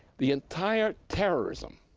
the entire terrorism